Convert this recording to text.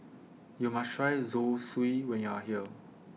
YOU must Try Zosui when YOU Are here